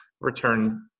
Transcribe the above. return